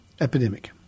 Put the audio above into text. epidemic